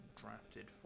drafted